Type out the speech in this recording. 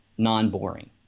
non-boring